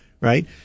right